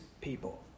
people